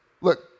look